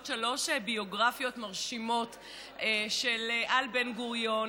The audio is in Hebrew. שלוש ביוגרפיות מרשימות על בן-גוריון,